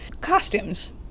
costumes